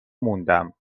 موندم